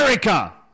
America